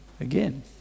again